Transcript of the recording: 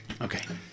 Okay